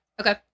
Okay